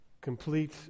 complete